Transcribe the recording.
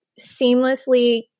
seamlessly